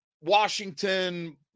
Washington